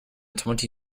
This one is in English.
twenty